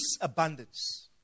abundance